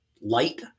light